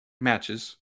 matches